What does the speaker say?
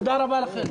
תודה לכם,